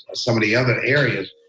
some of the other areas.